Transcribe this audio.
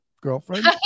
girlfriend